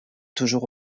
toujours